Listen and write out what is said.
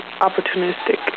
opportunistic